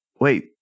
wait